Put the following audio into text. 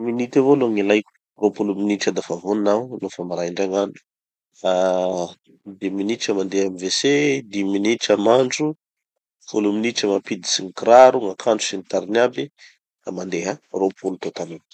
Minutes avao aloha gn'ilaiko. Roapolo minitra dafa vonona aho nofa maraindray gn'andro. Ah dimy minitra mandeha amy wc, dimy minitra mandro, folo minitra mampiditsy gny kiraro, gn'akanjo sy ny tariny aby, da mandeha. Roapolo totaliny.